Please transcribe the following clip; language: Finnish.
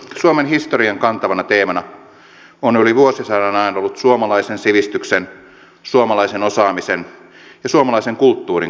suomen historian kantavana teemana on yli vuosisadan ajan ollut suomalaisen sivistyksen suomalaisen osaamisen ja suomalaisen kulttuurin kasvattaminen